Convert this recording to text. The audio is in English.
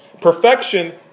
Perfection